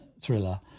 Thriller